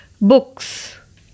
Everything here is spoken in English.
books